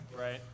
Right